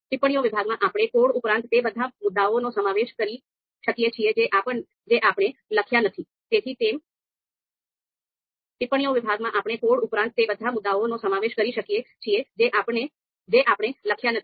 ટિપ્પણીઓ વિભાગમાં આપણે કોડ ઉપરાંત તે બધા મુદ્દાઓનો સમાવેશ કરી શકીએ છીએ જે આપણે લખ્યા નથી